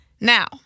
Now